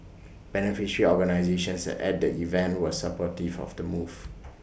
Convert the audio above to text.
beneficiary organisations at the event were supportive of the move